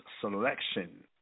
selection